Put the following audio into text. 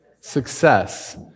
Success